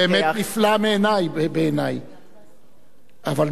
באמת נפלא מעיני, בעיני.